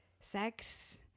sex